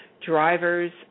drivers